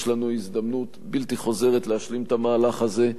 יש לנו הזדמנות בלתי חוזרת להשלים את המהלך הזה.